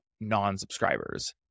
non-subscribers